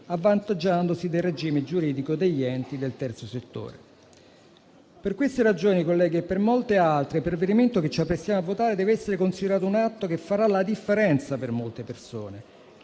avvantaggiandosi del regime giuridico degli enti del terzo settore. Per queste ragioni, colleghi, e per molte altre, il provvedimento che ci apprestiamo a votare deve essere considerato un atto che farà la differenza per molte persone.